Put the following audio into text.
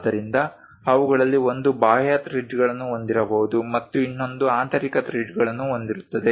ಆದ್ದರಿಂದ ಅವುಗಳಲ್ಲಿ ಒಂದು ಬಾಹ್ಯ ಥ್ರೆಡ್ಗಳನ್ನು ಹೊಂದಿರಬಹುದು ಮತ್ತು ಇನ್ನೊಂದು ಆಂತರಿಕ ಥ್ರೆಡ್ಗಳನ್ನು ಹೊಂದಿರುತ್ತದೆ